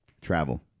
Travel